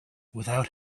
without